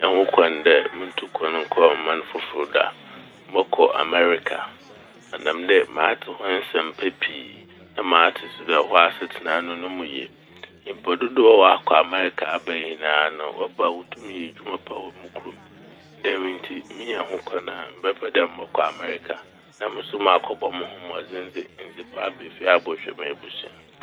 Minya ho kwan dɛ muntu kwan nnkɔ ɔman fofor do a mɔkɔ Amɛrika. Ɔnam dɛ matse hɔ nsɛmpa pii na matse so dɛ hɔ asetsena n' no mu ye. Nyimpa dodow a wɔakɔ Amɛrika aba ne nyinaa no wɔba a wotum yɛ edwuma papa wɔ mo kurom. Ne dɛm ntsi menya ho a mebɛpɛ dɛ mo mɔkɔ Amɛrika na mo so makɔbɔ mo ho mbɔdzen dze ndzepa aba fie abɔhwɛ m'ebusua.